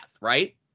right